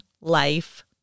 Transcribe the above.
life